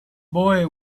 boy